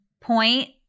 point